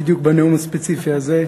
בדיוק בנאום הספציפי הזה.